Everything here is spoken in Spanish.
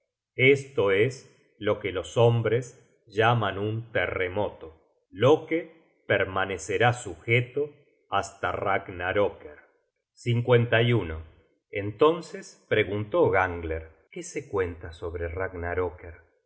esto es lo que los hombres llaman un terremoto loke permanecerá sujeto hasta ragnarcecker entonces preguntó gangler qué se cuenta sobre